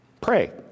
Pray